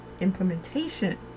implementation